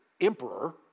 emperor